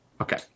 Okay